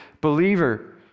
believer